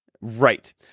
Right